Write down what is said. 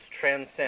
transcend